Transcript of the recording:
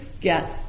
get